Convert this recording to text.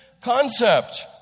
concept